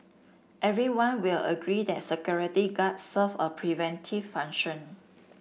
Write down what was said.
everyone will agree that security guards serve a preventive function